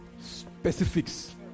specifics